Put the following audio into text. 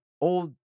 old